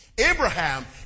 Abraham